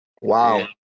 Wow